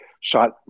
Shot